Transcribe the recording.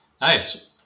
Nice